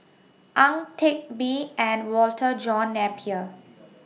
Ang Teck Bee and Walter John Napier